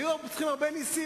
היו צריכים הרבה נסים,